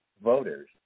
voters